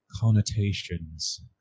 connotations